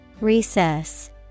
Recess